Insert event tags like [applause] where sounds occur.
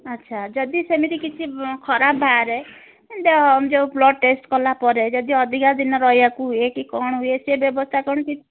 ଆଚ୍ଛା ଯଦି ସେମିତି କିଛି [unintelligible] ଖରାପ ବାହାରେ ଯେଉଁ ବ୍ଲଡ୍ ଟେଷ୍ଟ୍ କଲା ପରେ ଯଦି ଅଧିକା ଦିନ ରହିବାକୁ ହୁଏ କି କ'ଣ ହୁଏ ସେ ବ୍ୟବସ୍ଥା କ'ଣ କିଛି